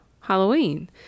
Halloween